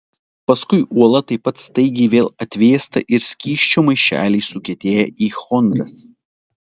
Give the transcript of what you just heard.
paskui uola taip pat staigiai vėl atvėsta ir skysčio maišeliai sukietėja į chondras